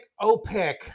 OPEC